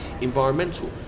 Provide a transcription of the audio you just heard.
environmental